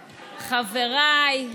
חבריי,